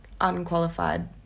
unqualified